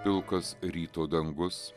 pilkas ryto dangus